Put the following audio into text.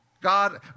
God